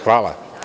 Hvala.